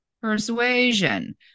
persuasion